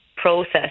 process